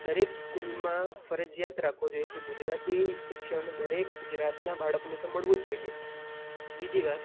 દરેક સ્કૂલમાં ફરજીયાત રાખવો જોઈએ કે ગુજરાતી શિક્ષણ દરેક ગુજરાતનાં બાળકને તો મળવું જ જોઈએ બીજી વાત